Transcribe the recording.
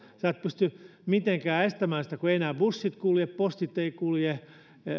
ei pysty mitenkään estämään kun bussit eivät enää kulje postit eivät kulje